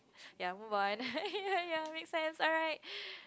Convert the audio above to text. ya move on ya make sense alright